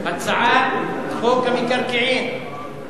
הצעת חוק המקרקעין,